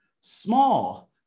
small